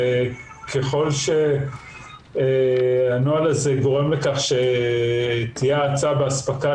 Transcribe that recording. ככל שהנוהל הזה גורם לכך שתהיה האצה באספקה